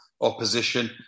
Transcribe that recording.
opposition